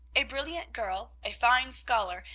a brilliant girl, a fine scholar,